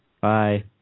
bye